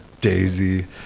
daisy